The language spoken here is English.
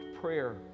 prayer